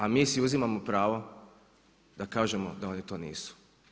A mi si uzimamo pravo da kažemo da oni to nisu.